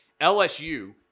LSU